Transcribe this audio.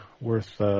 worth